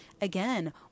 Again